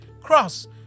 cross